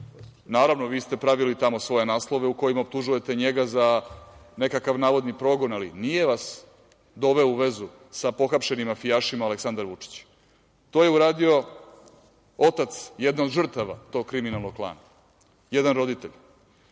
Naravno, vi ste pravili tamo svoje naslove u kojima optužujete njega za nekakav navodni progon, ali nije vas doveo u vezu sa pohapšenim mafijašima Aleksandar Vučić. To je uradio otac jedne od žrtava tog kriminalnog klana, jedan